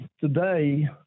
today